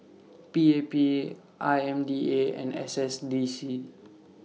P A P I M D A and S S D C